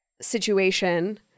situation